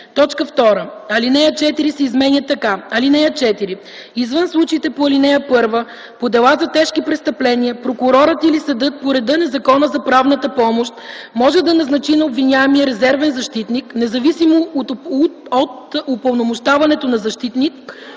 2. Алинея 4 се изменя така: „(4) Извън случаите по ал. 1, по дела за тежки престъпления прокурорът или съдът по реда на Закона за правната помощ може да назначи на обвиняемия резервен защитник, независимо от упълномощаването на защитник,